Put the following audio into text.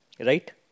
right